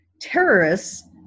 terrorists